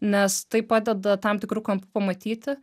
nes tai padeda tam tikru kampu pamatyti